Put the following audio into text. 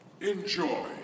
Enjoy